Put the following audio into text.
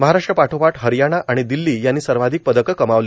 महाराष्ट्र पाठोपाठ हरयाणा आणि दिल्ली यांनी सर्वाधिक पदकं कमावली